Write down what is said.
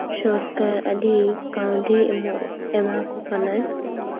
ᱥᱚᱨᱠᱟᱨ ᱟᱹᱰᱤ ᱠᱟᱹᱣᱰᱤ ᱮᱢᱚᱜ ᱮᱢᱟᱠᱚ ᱠᱟᱱᱟᱭ